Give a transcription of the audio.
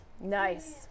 Nice